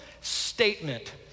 statement